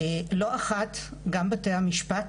לא אחת גם בתי המשפט